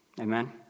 Amen